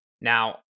Now